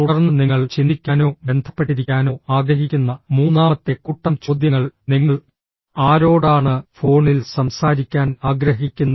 തുടർന്ന് നിങ്ങൾ ചിന്തിക്കാനോ ബന്ധപ്പെട്ടിരിക്കാനോ ആഗ്രഹിക്കുന്ന മൂന്നാമത്തെ കൂട്ടം ചോദ്യങ്ങൾ നിങ്ങൾ ആരോടാണ് ഫോണിൽ സംസാരിക്കാൻ ആഗ്രഹിക്കുന്നത്